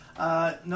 No